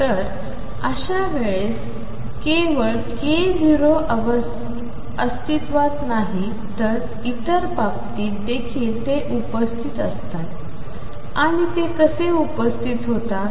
तर अशा परिस्थितीत केवळ k ०अस्तित्वात नाही तर इतर बाबतीत देखील ते उपस्थित असतात आणि ते कसे उपस्थित होतात